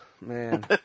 man